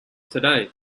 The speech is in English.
today